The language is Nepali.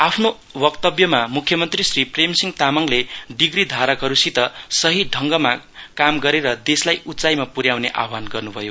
आफ्नो वक्तव्यमा मुख्यमन्त्री श्री प्रेमसिंह तामाङले डिग्रीधारकहरूसित सही ढङ्गमा कामगरेर देशलाई उच्चाइमा पुन्याउने आह्वान गर्न् भयो